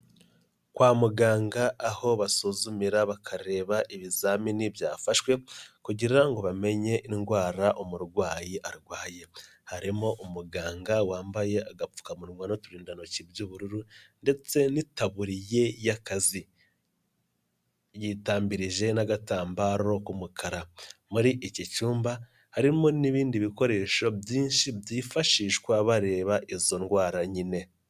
Kwa muganga aho basuzumira bakareba ibizamini byafashwe kugira ngo bamenye indwara umurwayi arwaye, harimo umuganga wambaye agapfukamunwa n'uturindantoki by'ubururu ndetse n'itaburiye y'akazi, yitambirije n'agatambaro k'umukara, muri iki cyumba harimo n'ibindi bikoresho byinshi byifashishwa bareba izo ndwara nyine.